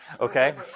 okay